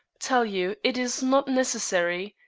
tell you it is not necessary.